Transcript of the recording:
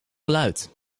geluid